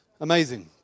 Amazing